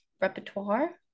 repertoire